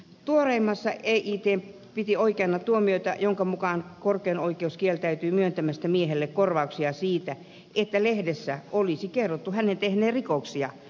tuoreimmassa päätöksessään eit piti oikeana tuomiota jonka mukaan korkein oikeus kieltäytyi myöntämästä asianosaiselle korvauksia siitä että lehdessä olisi kerrottu hänen tehneen rikoksia